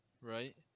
right